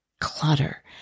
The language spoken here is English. clutter